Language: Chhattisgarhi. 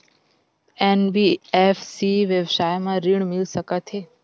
एन.बी.एफ.सी व्यवसाय मा ऋण मिल सकत हे